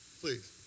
Please